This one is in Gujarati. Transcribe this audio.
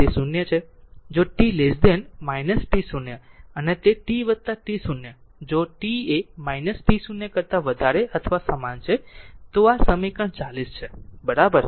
તે તે 0 છે જો t t0 અને તે t t0 જો t એ t0 કરતા વધારે અથવા સમાન છે તો આ સમીકરણ 40 છે બરાબર